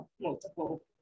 multiple